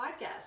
Podcast